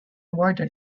warden